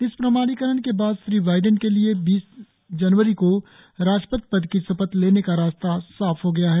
इस प्रमाणीकरण के बाद श्री बाइडेन के लिए बीस जनवरी को राष्ट्रपति पद की शपथ लेने का रास्ता साफ हो गया है